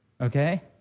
okay